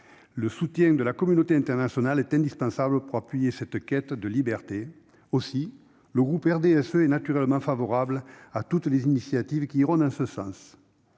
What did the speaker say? le soutien de la communauté internationale est indispensable pour appuyer cette quête de liberté. Le groupe du RDSE est donc naturellement favorable à toutes les initiatives dans ce sens.